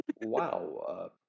Wow